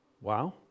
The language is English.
Wow